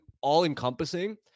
all-encompassing